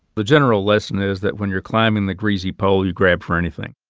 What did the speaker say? the general lesson is that when you're climbing the greasy pole, you grab for anything.